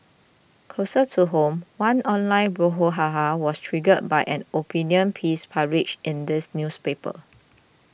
closer to home one online brouhaha was triggered by an opinion piece published in this newspaper